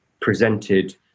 presented